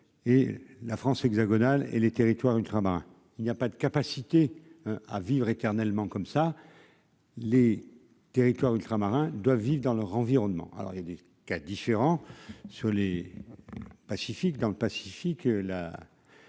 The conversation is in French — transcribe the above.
et la France hexagonale et les territoires ultramarins, il n'y a pas de capacité à vivre éternellement comme ça les territoires ultramarins doivent vivre dans leur environnement, alors il y a des cas différents sur les pacifiques dans le Pacifique là.